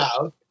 out